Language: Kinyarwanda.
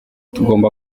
tugomba